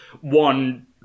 one